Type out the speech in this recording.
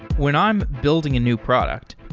when i'm building a new product,